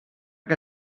que